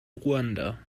ruanda